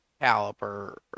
caliper